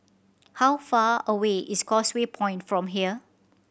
how far away is Causeway Point from here